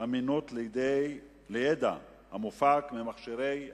אמינות למידע המופק ממכשירי אכיפה),